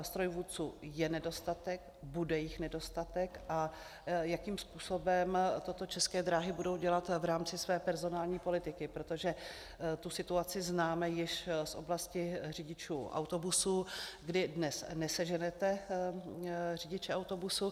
Strojvůdců je nedostatek, bude jich nedostatek, a jakým způsobem toto České dráhy budou dělat v rámci své personální politiky, protože tu situaci známe již z oblasti řidičů autobusů, kdy dnes neseženete řidiče autobusu.